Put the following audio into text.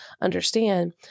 understand